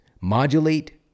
modulate